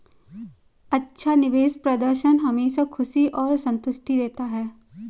अच्छा निवेश प्रदर्शन हमेशा खुशी और संतुष्टि देता है